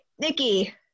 Nikki